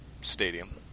stadium